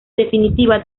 definitiva